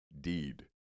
deed